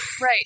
right